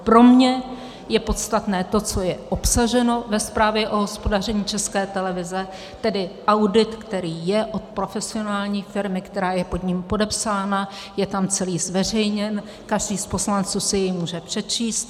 Pro mě je podstatné to, co je obsaženo ve zprávě o hospodaření České televize, tedy audit, který je od profesionální firmy, která je pod ním podepsána, je tam celý zveřejněn, každý z poslanců si jej může přečíst.